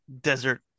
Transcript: desert